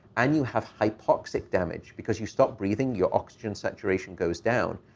and you have hypoxic damage. because you stopped breathing, your oxygen saturation goes down.